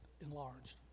enlarged